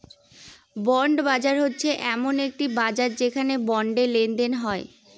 bond বাজার হচ্ছে এমন একটি বাজার যেখানে বন্ডে লেনদেন হয়